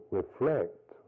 reflect